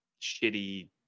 shitty